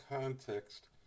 context